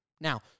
Now